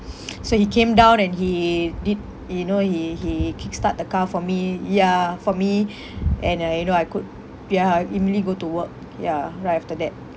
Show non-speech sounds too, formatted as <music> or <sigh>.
<noise> so he came down and he did you know he he kick start the car for me ya for me and I you know I could ya immediately go to work ya right after that